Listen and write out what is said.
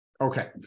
Okay